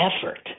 effort